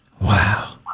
Wow